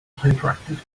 hyperactive